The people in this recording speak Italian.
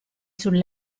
sul